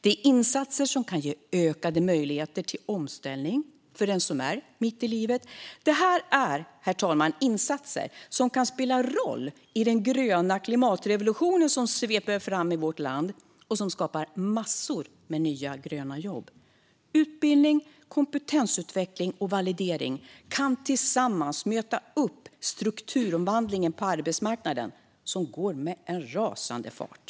Det är insatser som kan ge ökade möjligheter till omställning för den som är mitt i livet. Det är insatser som kan spela en roll i den gröna klimatrevolution som sveper fram i vårt land och skapar massor med nya gröna jobb. Utbildning, kompetensutveckling och validering kan tillsammans möta upp strukturomvandlingen på arbetsmarknaden, som går med en rasande fart.